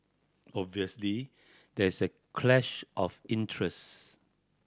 obviously there is a clash of interest